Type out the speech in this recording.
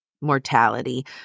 mortality